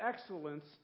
excellence